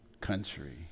country